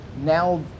now